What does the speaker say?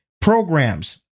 programs